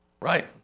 Right